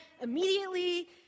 immediately